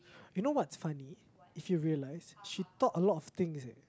you know what's funny if you realise she taught a lot of things eh